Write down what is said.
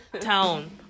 town